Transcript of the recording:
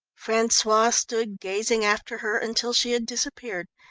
francois stood gazing after her until she had disappeared,